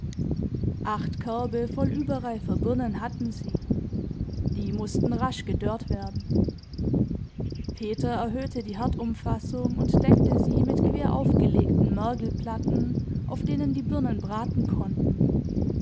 acht körbe voll überreifer birnen hatten sie die mußten rasch gedörrt werden peter erhöhte die herdumfassung und deckte sie mit quer aufgelegten mergelplatten auf denen die birnen braten konnten